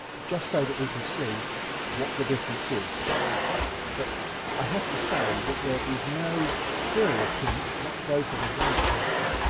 just so that we can see what the difference is but i have to say that there is no serious hint let's go for the white area